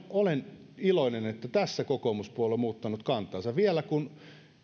olen iloinen että tässä kokoomuspuolue on muuttanut kantaansa vielä kun